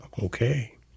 okay